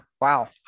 wow